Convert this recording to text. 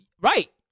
Right